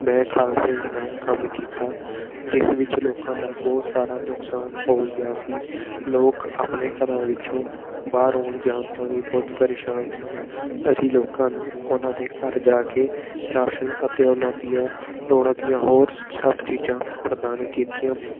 ਮੈ ਖਾਲਸਾ ਏਡ ਨਾਲ ਕੰਮ ਕੀਤਾ ਜਿਸ ਵਿੱਚ ਲੋਕਾਂ ਦਾ ਬਹੁਤ ਸਾਰਾ ਨੁਕਸਾਨ ਹੋ ਗਿਆ ਸੀ ਲੋਕ ਆਪਣੇ ਘਰਾਂ ਵਿੱਚੋਂ ਬਾਹਰ ਆਉਣ ਜਾਣ ਤੋਂ ਵੀ ਬਹੁਤ ਪ੍ਰੇਸ਼ਾਨ ਸਨ ਅਸੀਂ ਲੋਕਾਂ ਨੂੰ ਉਹਨਾਂ ਦੇ ਘਰ ਜਾ ਕੇ ਰਾਸ਼ਨ ਅਤੇ ਉਹਨਾਂ ਦੀਆਂ ਲੋੜਾਂ ਦੀਆਂ ਹੋਰ ਸਭ ਚੀਜ਼ਾਂ ਪ੍ਰਦਾਨ ਕੀਤੀਆਂ